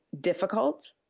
difficult